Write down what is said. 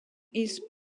his